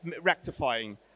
rectifying